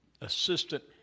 assistant